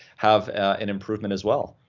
have an improvement as well,